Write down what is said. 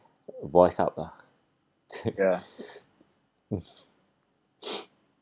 voice out lah mm